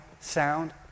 sound